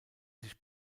sich